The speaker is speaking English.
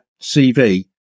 cv